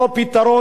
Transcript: אדוני היושב-ראש,